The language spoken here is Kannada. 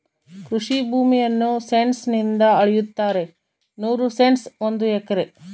ಕೃಷಿ ಭೂಮಿಯನ್ನು ಸೆಂಟ್ಸ್ ನಿಂದ ಅಳೆಯುತ್ತಾರೆ ನೂರು ಸೆಂಟ್ಸ್ ಒಂದು ಎಕರೆ